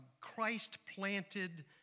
Christ-planted